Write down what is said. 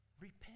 Repent